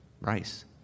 Rice